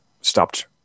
stopped